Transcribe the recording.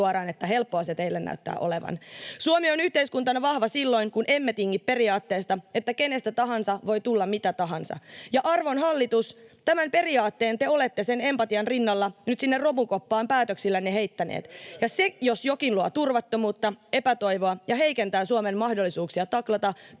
että helppoa se teille näyttää olevan. Suomi on yhteiskuntana vahva silloin, kun emme tingi periaatteesta, että kenestä tahansa voi tulla mitä tahansa. Arvon hallitus, tämän periaatteen te olette sen empatian rinnalla nyt sinne romukoppaan päätöksillänne heittäneet, [Ben Zyskowicz: Höpö höpö!] ja se jos jokin luo turvattomuutta ja epätoivoa ja heikentää Suomen mahdollisuuksia taklata